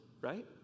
right